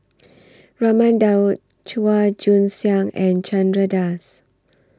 Raman Daud Chua Joon Siang and Chandra Das